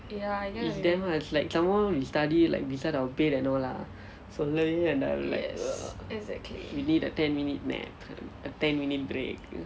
it's damn hard it's like somemore we study like beside our bed and all ah சொல்லவே வேண்டாம்:sollave vaendaam we need a ten minute nap a ten minute break